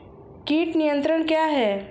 कीट नियंत्रण क्या है?